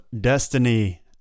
destiny